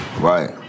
Right